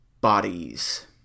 Bodies